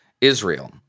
Israel